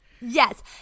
Yes